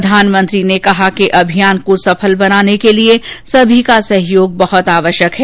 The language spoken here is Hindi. प्रधानमंत्री ने कहा कि अभियान को सफल बनाने के लिए सभी का सहयोग बहत आवश्यक है